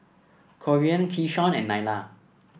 Corean Keyshawn and Nyla